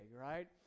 right